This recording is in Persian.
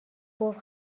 گفت